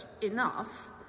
enough